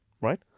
right